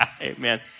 Amen